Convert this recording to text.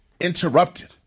Interrupted